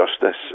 justice